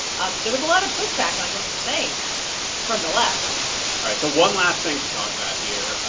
um there was a lot of pushback on him for saying that from the left all right, so one last thing to talk about here.